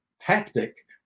tactic